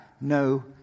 no